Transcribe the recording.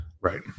Right